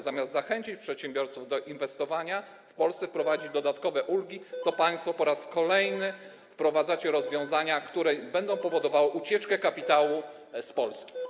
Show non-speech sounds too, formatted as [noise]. Zamiast zachęcić przedsiębiorców do inwestowania w Polsce, wprowadzić dodatkowe ulgi, [noise] państwo po raz kolejny wprowadzacie rozwiązania, które będą powodowały ucieczkę kapitału z Polski.